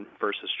versus